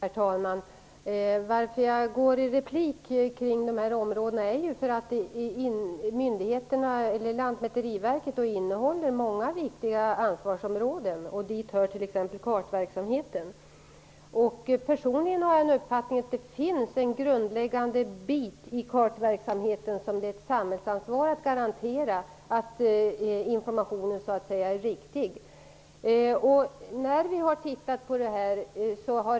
Herr talman! Jag går i replik kring dessa frågor därför att Lantmäteriverket har många viktiga ansvarsområden. Dit hör t.ex. kartverksamheten. Personligen har jag den uppfattningen att det finns en grundläggande bit i kartverksamheten där det är ett samhällsansvar att garantera att informationen är riktig.